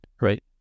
Right